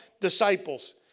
disciples